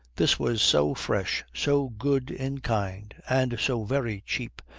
this was so fresh, so good in kind, and so very cheap,